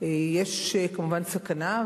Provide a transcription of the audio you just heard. יש כמובן סכנה,